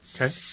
Okay